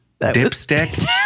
Dipstick